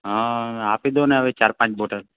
હા આપી દો ને હવે ચાર પાંચ બૉટલ